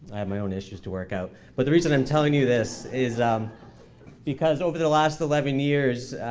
i have my own issues to work out. but the reason i'm telling you this is um because over the last eleven years,